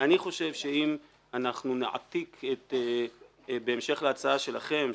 אני חושב שאם אנחנו נעתיק בהמשך להצעה שלכם,